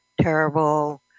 terrible